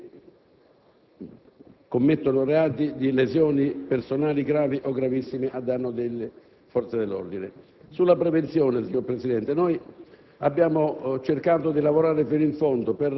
nei confronti di coloro i quali commettono reati di lesioni personali gravi o gravissime ai danni delle forze dell'ordine. Sulla prevenzione, signor Presidente, abbiamo